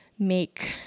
make